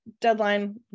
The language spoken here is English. deadline